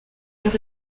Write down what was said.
leur